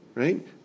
Right